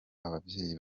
ababyeyi